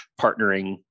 partnering